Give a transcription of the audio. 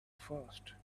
first